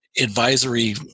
advisory